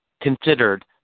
considered